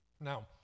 Now